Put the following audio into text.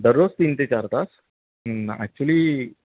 दररोज तीन ते चार तास ॲक्च्युली